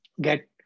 get